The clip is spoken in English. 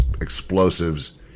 explosives